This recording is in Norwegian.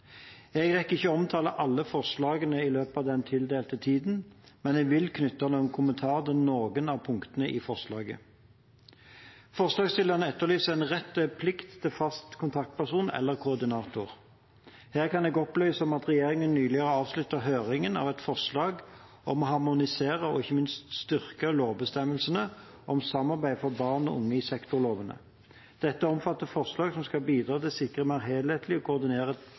Jeg rekker ikke å omtale alle forslagene i løpet av den tildelte tiden, men jeg vil knytte noen kommentarer til noen av punktene i forslaget. Forslagsstillerne etterlyser en rett og plikt til fast kontaktperson eller koordinator. Her kan jeg opplyse om at regjeringen nylig har avsluttet høringen av et forslag om å harmonisere og ikke minst styrke lovbestemmelsene om samarbeid for barn og unge i sektorlovene. Dette omfatter forslag som skal bidra til å sikre mer helhetlige og